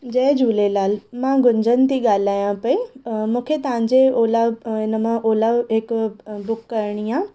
जय झूलेलाल मां गुजन थी ॻाल्हायां पई मूंखे तव्हांजे ओला इन मां ओला हिक बुक करिणी आहे